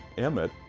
emmitt,